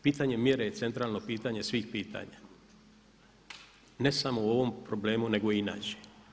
Pitanje mjere je centralno pitanje svih pitanja ne samo o ovom problemu nego i inače.